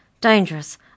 Dangerous